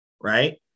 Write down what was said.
Right